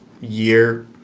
year